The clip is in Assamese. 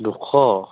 দুশ